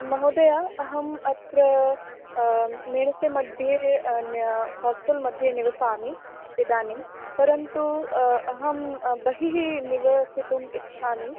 महोदयः अहम् अत्र मेणसे मध्ये न होस्टल् मध्ये निवसामि इदानीं परन्तु अहं बहिः निवसितुम् इच्छामि